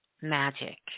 magic